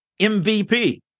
mvp